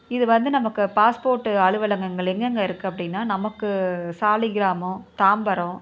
இது வந்து நமக்கு பாஸ்போர்ட்டு அலுவலகங்கள் எங்கெங்க இருக்குது அப்படின்னா நமக்கு சாலிகிராமம் தாம்பரம்